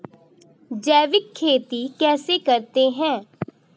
जैविक खेती कैसे करते हैं?